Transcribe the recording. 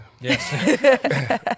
Yes